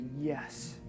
yes